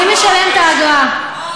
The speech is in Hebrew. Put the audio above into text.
מי משלם את האגרה?